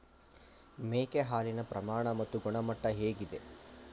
ಮೇಕೆ ಹಾಲಿನ ಪ್ರಮಾಣ ಮತ್ತು ಗುಣಮಟ್ಟ ಹೇಗಿದೆ?